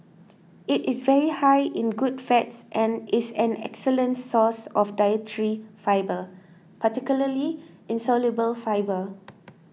it is very high in good fats and is an excellent source of dietary fibre particularly insoluble fibre